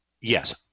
yes